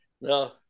No